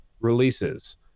releases